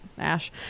ash